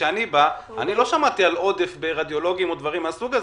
כשאני בא אני לא שמעתי על עודף ברדיולוגים או דברים מהסוג הזה,